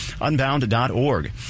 Unbound.org